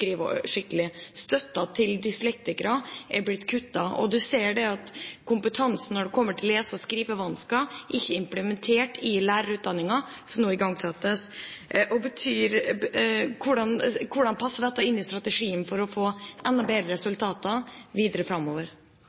skrive skikkelig. Støtten til dyslektikere er blitt kuttet. Vi ser at kompetansen når det kommer til lese- og skrivevansker ikke er implementert i lærerutdanningen som nå igangsettes. Hvordan passer dette inn i strategien for å få enda bedre resultater videre framover?